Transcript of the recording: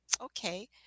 Okay